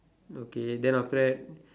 okay then after that